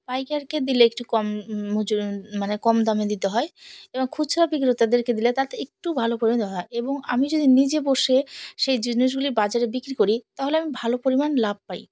পাইকারকে দিলে একটু কম মজুরি মানে কম দামে দিতে হয় এবং খুচরা বিক্রেতাদেরকে দিলে তাতে একটু ভালো পরিমাণ দেওয়া হয় এবং আমি যদি নিজে বসে সেই জিনিসগুলি বাজারে বিক্রি করি তাহলে আমি ভালো পরিমাণ লাভ পাই